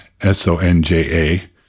S-O-N-J-A